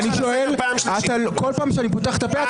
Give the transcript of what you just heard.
חבר יוראי להב, אני קורא אותך לסדר פעם שלישית.